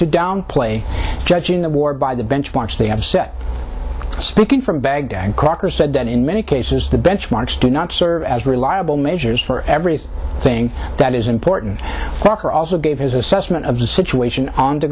to downplay judging of war by the benchmarks they have set speaking from baghdad crocker said that in many cases the benchmarks do not serve as reliable measures for every thing that is important walker also gave his assessment of the situation on the